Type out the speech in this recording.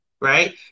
right